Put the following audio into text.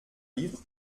livre